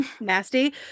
nasty